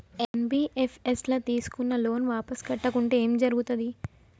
NBFS ల తీస్కున్న loan వాపస్ కట్టకుంటే ఏం జర్గుతది?